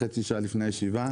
חצי שעה לפני הישיבה,